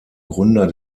gründer